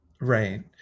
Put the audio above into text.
Right